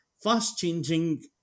fast-changing